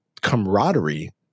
camaraderie